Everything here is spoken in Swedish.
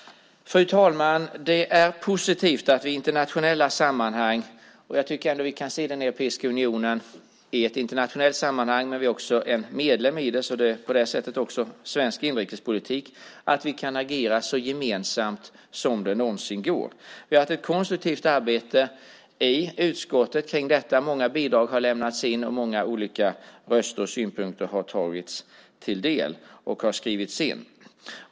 Fru talman! Det är positivt att vi ser detta i internationellt sammanhang. Jag tycker ändå att vi kan se den europeiska unionen i ett internationellt sammanhang. Sverige är också medlem i unionen. På det viset är det också svensk inrikespolitik. Vi kan på det sättet agera så gemensamt som det någonsin går. Vi har haft ett konstruktivt arbete i utskottet kring detta. Många bidrag har lämnats in, vi har tagit del av många olika röster och synpunkter har skrivits in.